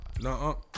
no